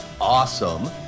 awesome